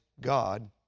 God